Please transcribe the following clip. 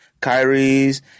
Kyrie's